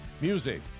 Music